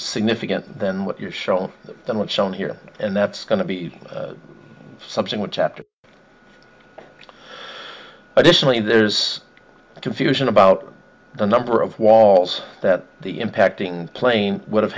significant than what you show than what shown here and that's going to be something which after additionally there's confusion about the number of walls that the impacting plane would have